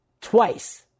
twice